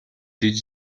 did